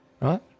right